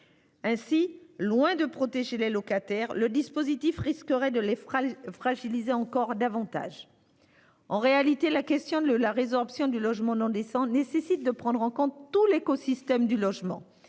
Aussi, loin de protéger les locataires, le dispositif risquerait de les fragiliser encore davantage. En réalité, la question de la résorption du logement non décent nécessite de prendre en compte tout l'écosystème du logement.